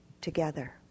together